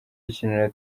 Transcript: akinira